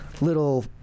little